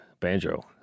banjo